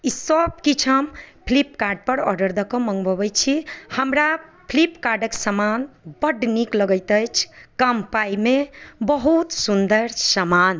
ई सभ किछु हम फ्लिपकार्टपर ऑर्डर दअ कऽ मँगबौबै छी हमरा फ्लिपकार्टके सामान बड्ड नीक लगैत अछि कम पाइमे बहुत सुन्दर सामान